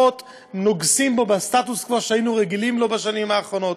נוגסים בסטטוס-קוו שהיינו רגילים לו בשנים האחרונות.